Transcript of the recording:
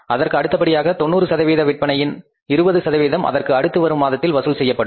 அதற்கு அடுத்தபடியாக 90 சதவீத விற்பனையின் 20 அதற்கு அடுத்த மாதத்தில் வசூல் செய்யப்படும்